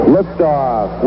Liftoff